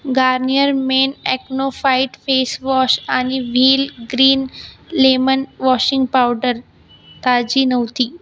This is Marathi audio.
Garnier men acno fight face wash आणि Wheel green lemon washing powder ताजी नव्हती